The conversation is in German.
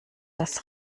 das